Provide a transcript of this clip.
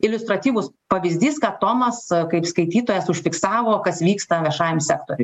iliustratyvus pavyzdys ką tomas kaip skaitytojas užfiksavo kas vyksta viešajam sektoriuj